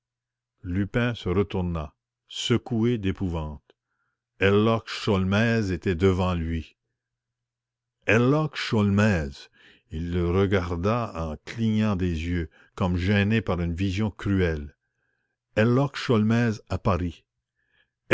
lupin se retourna secoué d'épouvante herlock sholmès était devant lui herlock sholmès il le regarda en clignant des yeux comme gêné par une vision cruelle herlock